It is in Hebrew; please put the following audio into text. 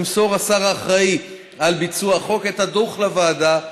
ימסור השר האחראי על ביצוע החוק את הדוח לוועדה,